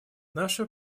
наша